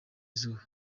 izuba